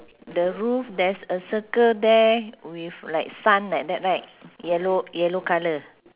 the roof there's a circle there with like sun like that right yellow yellow colour